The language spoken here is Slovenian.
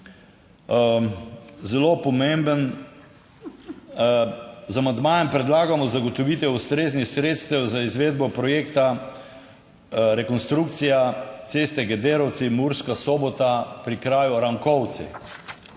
Zelo pomemben. Z amandmajem predlagamo zagotovitev ustreznih sredstev za izvedbo projekta rekonstrukcija ceste Gederovci-Murska Sobota pri kraju Rankovci.